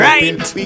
Right